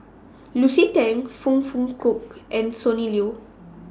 Lucy Tan Foong Fook Kay and Sonny Liew